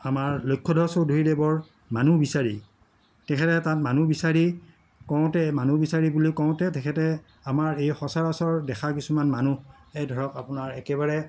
আমাৰ লক্ষ্য়ধৰ চৌধুৰীদেৱৰ মানুহ বিচাৰি তেখেতে তাত মানুহ বিচাৰি কওঁতে মানুহ বিচাৰি বুলি কওঁতে তেখেতে আমাৰ এই সচৰাচৰ দেখা কিছুমান মানুহ এই ধৰক আপোনাৰ একেবাৰে